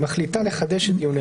היא מחליטה לחדש את דיוניה.